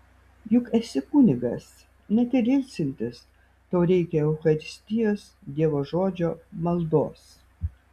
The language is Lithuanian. juk esi kunigas net ir ilsintis tau reikia eucharistijos dievo žodžio maldos